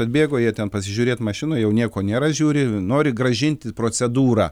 atbėgo jie ten pasižiūrėt mašinų jau nieko nėra žiūri nori grąžinti procedūrą